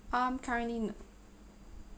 um currently no